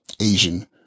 Asian